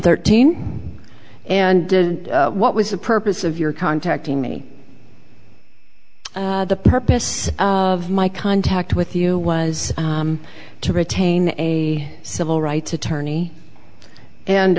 thirteen and what was the purpose of your contacting me the purpose of my contact with you was to retain a civil rights attorney and